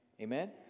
Amen